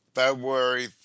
February